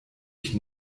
ich